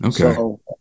Okay